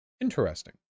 Interesting